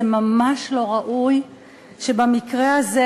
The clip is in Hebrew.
זה ממש לא ראוי שבמקרה הזה